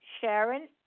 Sharon